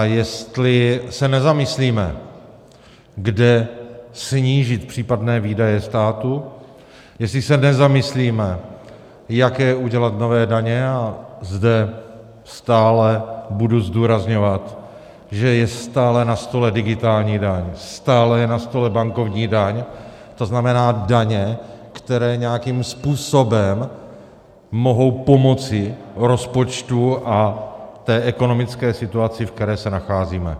A jestli se nezamyslíme, kde snížit případné výdaje státu, jestli se nezamyslíme, jaké udělat nové daně, a zde stále budu zdůrazňovat, že je stále na stole digitální daň, stále je na stole bankovní daň, to znamená daně, které nějakým způsobem mohou pomoci rozpočtu a té ekonomické situaci, ve které se nacházíme.